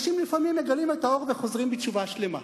לפעמים אנשים מגלים את האור וחוזרים בתשובה שלמה.